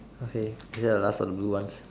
okay is that the last of the blue ones